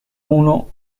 uno